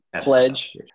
Pledge